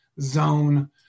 zone